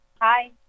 Hi